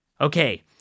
Okay